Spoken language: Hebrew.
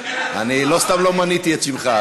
אני לא סתם לא מניתי את שמך.